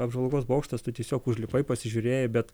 apžvalgos bokštas tu tiesiog užlipai pasižiūrėjai bet